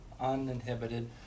uninhibited